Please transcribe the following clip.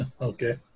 Okay